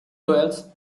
royals